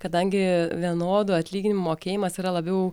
kadangi vienodų atlyginimų mokėjimas yra labiau